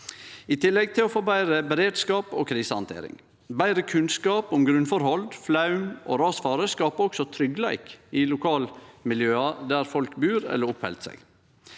i tillegg til å få betre beredskap og krisehandtering. Betre kunnskap om grunnforhold, flaum- og rasfare skapar også tryggleik i lokalmiljøa der folk bur eller oppheld seg.